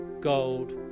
gold